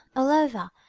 all over,